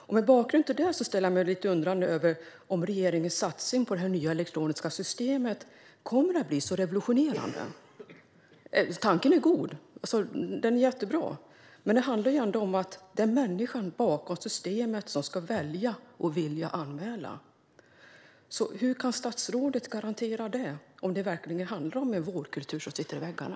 Mot den bakgrunden ställer jag mig lite undrande över om regeringens satsning på det nya elektroniska systemet kommer att bli så revolutionerande. Tanken är god. Den är jättebra. Men det handlar ändå om att det är människan bakom systemet som ska välja att och vilja anmäla. Hur kan statsrådet garantera det om det verkligen handlar om en vårdkultur som sitter i väggarna?